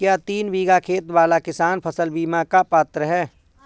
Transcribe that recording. क्या तीन बीघा खेत वाला किसान फसल बीमा का पात्र हैं?